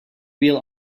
real